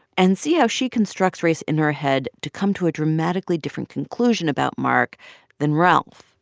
and see how she constructs race in her head to come to a dramatically different conclusion about mark than ralph.